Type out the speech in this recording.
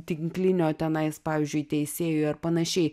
tinklinio tenais pavyzdžiui teisėjui ar panašiai